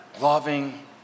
Loving